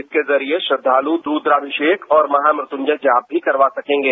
इसके जरिए श्रद्वालु रूद्राभिषेक और महामृत्युंजय जाप भी करवा सकेंगे